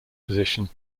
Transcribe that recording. position